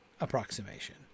approximation